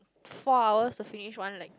four hours to finish one lecture